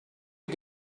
you